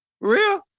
Real